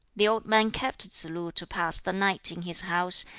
the old man kept tsze-lu to pass the night in his house,